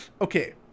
Okay